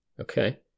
okay